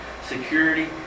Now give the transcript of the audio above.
security